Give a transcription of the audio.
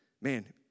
Man